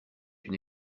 une